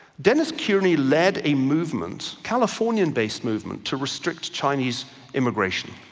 dennis kierney led a movement, californian-based movement to restrict chinese immigration.